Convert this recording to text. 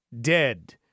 dead